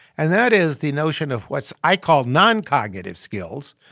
and that is the notion of what i called noncognitive skills.